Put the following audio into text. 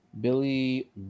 billy